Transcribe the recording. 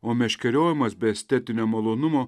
o meškeriojimas be estetinio malonumo